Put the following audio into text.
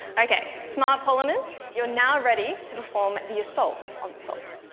okay, smart polymers, you are now ready to perform the assault on salt.